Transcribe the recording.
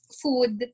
food